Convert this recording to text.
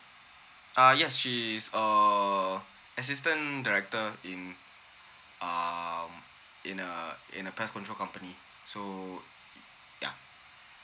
ah yes she's a assistant director in um in a in a pest control company so ya